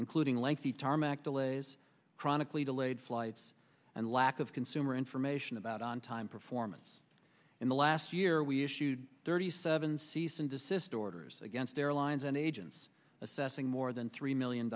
including lengthy tarmac delays chronically delayed flights and lack of consumer information about on time performance in the last year we issued thirty seven cease and desist orders against airlines and agents assessing more than three million